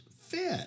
fit